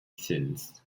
sins